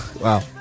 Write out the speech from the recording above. Wow